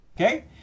okay